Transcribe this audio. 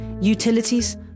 utilities